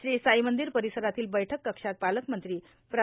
श्री साई मंदिर परिसरातील बैठक कक्षात पालकमंत्री प्रा